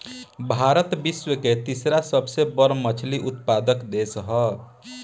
भारत विश्व के तीसरा सबसे बड़ मछली उत्पादक देश ह